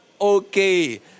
okay